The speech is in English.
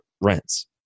rents